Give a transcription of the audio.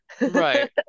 Right